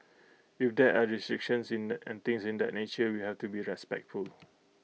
if there are restrictions and things in that nature we have to be respectful